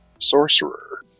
sorcerer